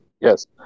Yes